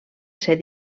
ser